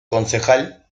concejal